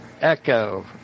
Echo